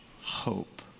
hope